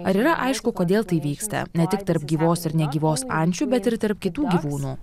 ar yra aišku kodėl tai vyksta ne tik tarp gyvos ir negyvos ančių bet ir tarp kitų gyvūnų